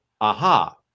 aha